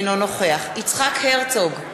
אינו נוכח יצחק הרצוג,